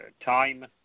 time